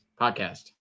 Podcast